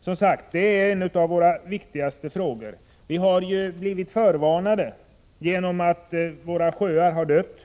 Som sagt: Detta är en av våra viktigaste frågor. Vi har ju blivit förvarnade genom att våra sjöar har dött.